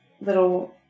little